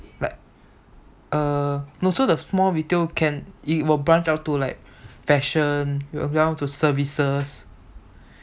like err no so the small retail can it will branch out to like fashion will branch out to like services